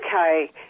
Okay